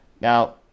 Now